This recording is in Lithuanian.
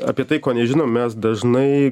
apie tai ko nežinome mes dažnai